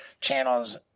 channel's